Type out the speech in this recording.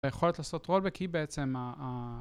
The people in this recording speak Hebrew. ויכולת לעשות rollback בעצם.